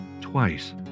twice